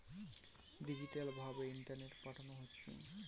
digital ভাবে ইন্টারনেটে পাঠানা যাচ্ছে